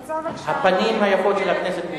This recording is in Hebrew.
הפנים היפות של הכנסת בישראל.